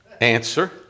answer